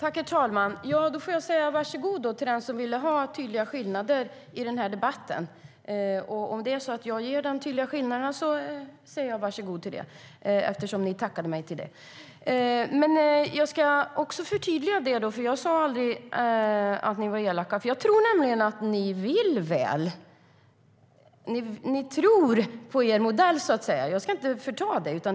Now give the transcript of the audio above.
Herr talman! Jag får väl säga var så god till den som ville ha tydliga skillnader i debatten. Jag ska förtydliga det jag sa. Jag sa aldrig att ni inom Alliansen var elaka. Jag tror nämligen att ni vill väl. Ni tror på er modell, så att säga. Jag ska inte förminska det.